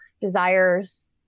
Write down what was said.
desires